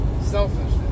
selfishness